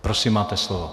Prosím, máte slovo.